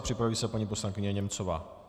Připraví se paní poslankyně Němcová.